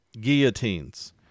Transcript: guillotines